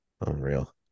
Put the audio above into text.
Unreal